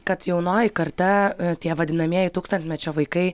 kad jaunoji karta tie vadinamieji tūkstantmečio vaikai